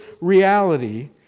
reality